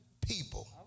people